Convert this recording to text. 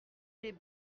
les